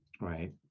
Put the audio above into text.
right